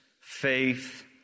faith